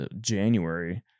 January